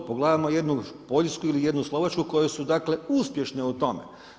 Pogledajmo jednu Poljsku ili jednu Slovačku koje su uspješne u tome.